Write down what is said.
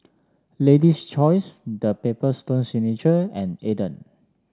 Lady's Choice The Paper Stone Signature and Aden